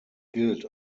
gilt